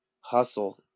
hustle